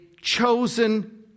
chosen